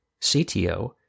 CTO